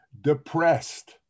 depressed